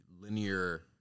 linear